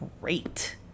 great